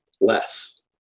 less